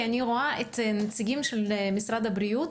כי אני רואה את הנציגים של משרד הבריאות,